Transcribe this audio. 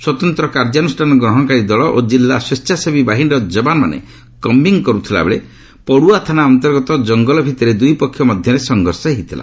ସ୍ୱତନ୍ତ୍ର କାର୍ଯ୍ୟାନୁଷ୍ଠାନ ଗ୍ରହଣକାରୀ ଦଳ ଓ କିଲ୍ଲା ସ୍ୱେଚ୍ଚାସେବୀ ବାହିନୀର ଜବାନମାନେ କମ୍ପିଂ କରୁଥିବାବେଳେ ପଡ଼ୁଆ ଥାନା ଅନ୍ତର୍ଗତ କଙ୍ଗଲଭିତରେ ଦୁଇପକ୍ଷ ମଧ୍ୟରେ ସଂଘର୍ଷ ହୋଇଥିଲା